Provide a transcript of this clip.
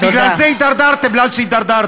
בגלל זה הידרדרתם לאן שהידרדרתם.